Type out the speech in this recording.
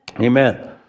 Amen